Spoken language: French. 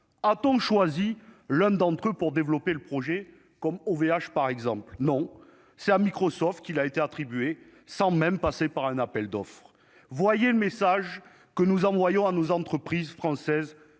à-t-on de choisi l'un d'entre eux pour développer le projet comme OVH, par exemple, non c'est à Microsoft qu'il a été attribué, sans même passer par un appel d'offres, voyez le message que nous envoyons à nos entreprises françaises